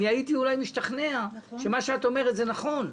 אולי הייתי משתכנע שמה שאת אומרת זה נכון,